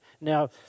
Now